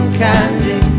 candy